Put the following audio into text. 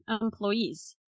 employees